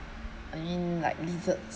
in like lizards